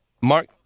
Mark